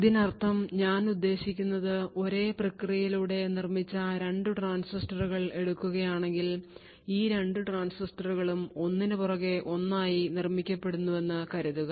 ഇതിനർത്ഥം ഞാൻ ഉദ്ദേശിക്കുന്നത് ഒരേ പ്രക്രിയയിലൂടെ നിർമിച്ച 2 ട്രാൻസിസ്റ്ററുകൾ എടുക്കുകയാണെങ്കിൽ ഈ രണ്ട് ട്രാൻസിസ്റ്ററുകളും ഒന്നിനുപുറകെ ഒന്നായി നിർമ്മിക്കപ്പെടുന്നുവെന്ന് കരുതുക